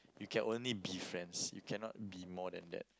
you can only be friends you cannot be more than that